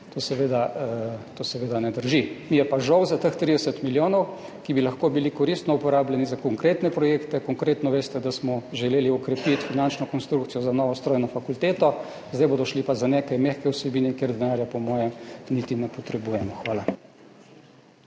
To seveda ne drži. Mi je pa žal za teh 30 milijonov, ki bi lahko bili koristno uporabljeni za konkretne projekte. Konkretno veste, da smo želeli okrepiti finančno konstrukcijo za novo strojno fakulteto, zdaj bodo šli pa za neke mehke vsebine, kjer denarja po mojem niti ne potrebujemo. Hvala.